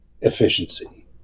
efficiency